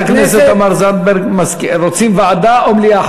חברת הכנסת תמר זנדברג, רוצים ועדה או מליאה?